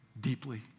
deeply